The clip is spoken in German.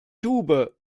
tube